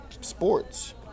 sports